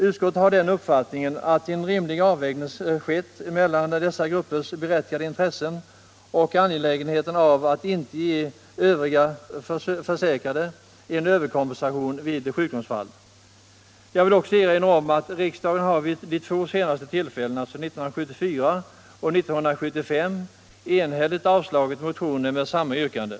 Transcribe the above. Utskottet har den uppfattningen att en rimlig avvägning gjorts mellan dessa gruppers berättigade intressen och angelägenheten av att inte ge övriga försäkrade överkompensation vid sjukdomsfall. Jag vill också erinra om att riksdagen vid de två senaste beslutstillfällena - 1974 och 1975 — enhälligt avslagit motioner med samma yrkanden.